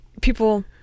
People